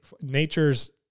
nature's